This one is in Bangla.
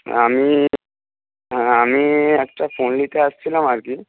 আমি আমি একটা খোঁজ নিতে এসেছিলাম আর কি